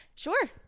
Sure